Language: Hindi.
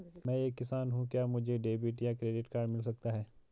मैं एक किसान हूँ क्या मुझे डेबिट या क्रेडिट कार्ड मिल सकता है?